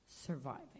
surviving